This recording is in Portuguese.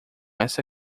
essa